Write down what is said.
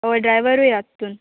होय ड्रायवरूय आहा तितून